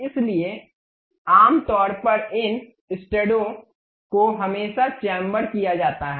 इसलिए आमतौर पर इन स्टडों को हमेशा चैंबर किया जाता है